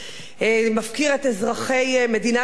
מפקיר את אזרחי מדינת ישראל,